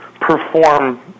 perform